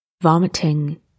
vomiting